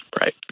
right